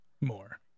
more